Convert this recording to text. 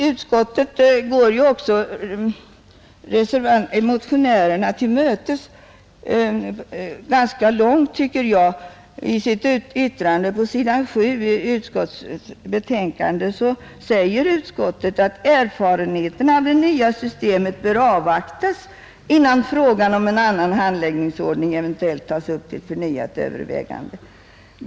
Utskottet går ju också motionärerna till mötes ganska långt, tycker jag, i sitt yttrande på s. 7 där det heter: ”Erfarenheterna av det nya systemet bör avvaktas innan frågan om en annan handläggningsordning eventuellt tas upp till förnyat övervägande.